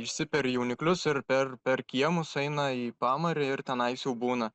išsiperi jauniklius ir per per kiemus eina į pamarį ir tenais jau būna